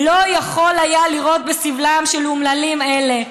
לא יכול היה לראות בסבלם של אומללים אלה.